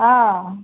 অঁ